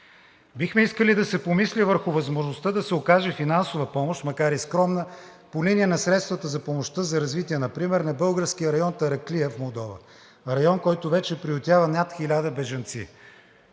Бихме искали да се помисли върху възможността да се окаже финансова помощ, макар и скромна, по линия на средствата за помощта за развитие например на българския район Тараклия в Молдова – район, който вече приютява над 1000 бежанци.